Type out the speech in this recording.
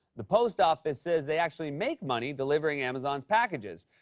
the post office says they actually make money delivering amazon's packages.